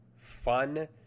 fun